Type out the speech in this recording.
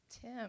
Tim